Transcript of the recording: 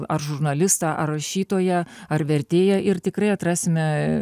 ar žurnalistą ar rašytoją ar vertėją ir tikrai atrasime